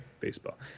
baseball